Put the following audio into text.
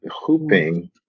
hooping